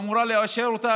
שהממשלה אמורה לאשר אותה,